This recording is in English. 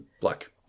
black